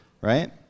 right